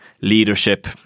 Leadership